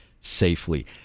safely